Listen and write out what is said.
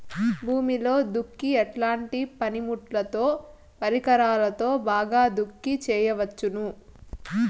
భూమిలో దుక్కి ఎట్లాంటి పనిముట్లుతో, పరికరాలతో బాగా దుక్కి చేయవచ్చున?